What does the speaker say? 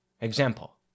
Example